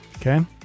Okay